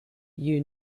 you